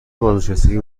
بازنشستگی